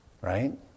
Right